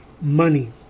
money